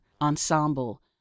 ensemble